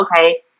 okay